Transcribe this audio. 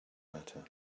matter